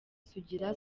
sugira